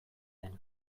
den